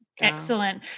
Excellent